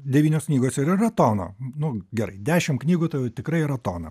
devynios knygos ir yra tona nu gerai dešimt knygų tai jau tikrai yra tona